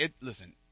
listen